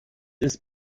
ist